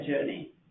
journey